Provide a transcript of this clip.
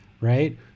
right